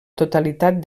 totalitat